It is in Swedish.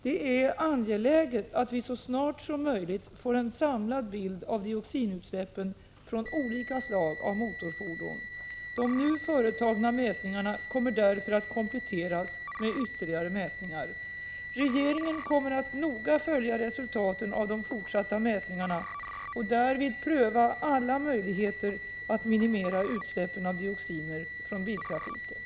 Det är angeläget att vi så snart som möjligt får en samlad bild av dioxinutsläppen från olika slag av motorfordon. De nu företagna mätningarna kommer därför att kompletteras med ytterligare mätningar. Regeringen kommer att noga följa resultaten av de fortsatta mätningarna och därvid pröva alla möjligheter att minimera utsläppen av dioxiner från biltrafiken.